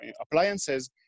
appliances